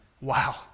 Wow